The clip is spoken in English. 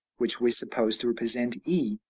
which we suppose to represent e,